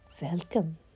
Welcome